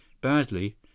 Badly